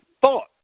thought